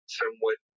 somewhat